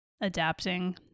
adapting